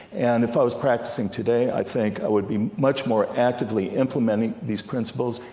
and if i was practising today i think i would be much more actively implementing these principles,